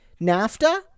NAFTA